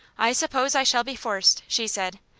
i suppose i shall be forced, she said.